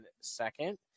second